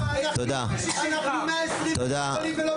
תודה.